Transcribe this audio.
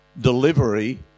delivery